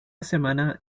semana